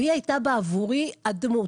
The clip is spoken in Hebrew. והיא הייתה בעבורי הדמות.